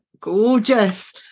gorgeous